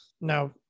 No